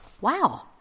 wow